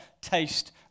taste